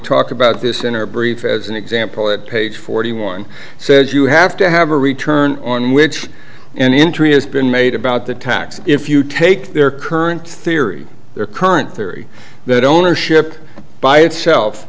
talked about this in our brief as an example that page forty one says you have to have a return on which interest been made about the tax if you take their current theory their current theory that ownership by itself